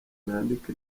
nandika